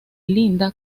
linda